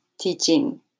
teaching